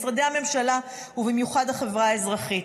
משרדי הממשלה ובמיוחד החברה האזרחית.